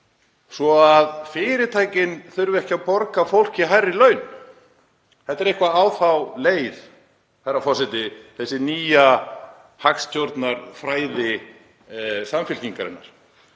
svo að fyrirtækin þurfi ekki að borga fólki hærri laun. Þetta er eitthvað á þá leið, herra forseti, þessi nýja hagstjórnarfræði Samfylkingarinnar.